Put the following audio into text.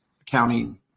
accounting